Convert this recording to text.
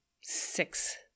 six